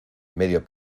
medio